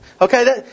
Okay